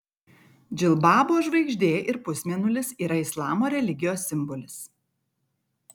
džilbabo žvaigždė ir pusmėnulis yra islamo religijos simbolis